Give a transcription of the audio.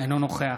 אינו נוכח